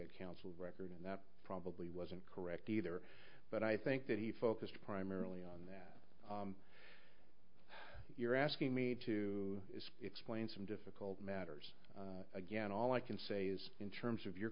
had counsel record and that probably wasn't correct either but i think that he focused primarily on that you're asking me to explain some difficult matters again all i can say is in terms of your